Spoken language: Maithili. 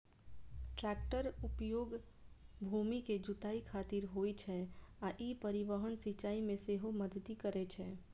टैक्टरक उपयोग भूमि के जुताइ खातिर होइ छै आ ई परिवहन, सिंचाइ मे सेहो मदति करै छै